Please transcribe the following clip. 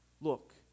Look